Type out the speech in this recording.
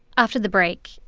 after the break,